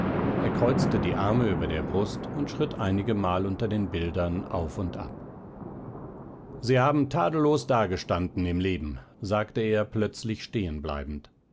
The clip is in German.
er kreuzte die arme über der brust und schritt einigemal unter den bildern auf und ab sie haben tadellos dagestanden im leben sagte er plötzlich